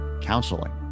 counseling